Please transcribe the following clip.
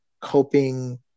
coping